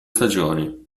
stagioni